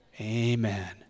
Amen